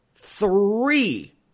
Three